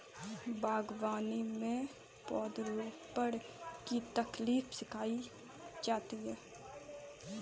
बागवानी में पौधरोपण की तकनीक सिखाई जाती है